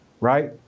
Right